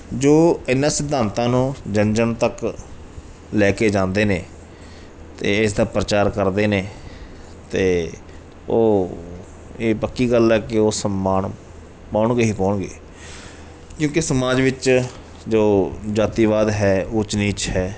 ਜੋ ਇਹਨਾਂ ਸਿਧਾਂਤਾਂ ਨੂੰ ਜਨ ਜਨ ਤੱਕ ਲੈ ਕੇ ਜਾਂਦੇ ਨੇ ਅਤੇ ਇਸ ਦਾ ਪ੍ਰਚਾਰ ਕਰਦੇ ਨੇ ਅਤੇ ਉਹ ਇਹ ਪੱਕੀ ਗੱਲ ਹੈ ਕਿ ਉਹ ਸਨਮਾਨ ਪਾਉਣਗੇ ਹੀ ਪਾਉਣਗੇ ਕਿਉਂਕਿ ਸਮਾਜ ਵਿੱਚ ਜੋ ਜਾਤੀਵਾਦ ਹੈ ਊਚ ਨੀਚ ਹੈ